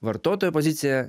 vartotojo pozicija